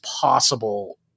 possible